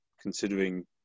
considering